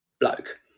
bloke